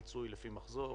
פיצוי לפי מחזור,